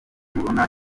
mubona